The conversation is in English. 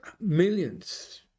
Millions